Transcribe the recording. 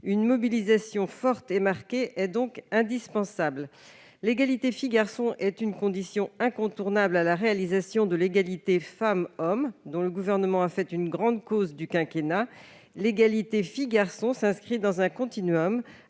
Une mobilisation forte et marquée est donc indispensable. L'égalité filles-garçons est une condition incontournable à la réalisation de l'égalité femmes-hommes dont le Gouvernement a fait une grande cause du quinquennat. L'égalité filles-garçons s'inscrit dans un continuum